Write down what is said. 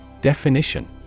Definition